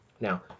Now